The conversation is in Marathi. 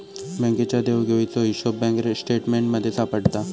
बँकेच्या देवघेवीचो हिशोब बँक स्टेटमेंटमध्ये सापडता